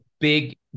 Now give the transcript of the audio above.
big